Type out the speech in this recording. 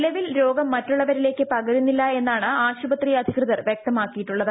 നിലവിൽ രോഗം മറ്റുള്ളവരിലേക്ക് പകരുന്നില്ല എന്നാണ് ആശുപത്രി അധികൃതർ വൃക്തമാക്കിയിട്ടുള്ളത്